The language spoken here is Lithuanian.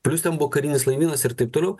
plius ten buvo karinis laivynas ir taip toliau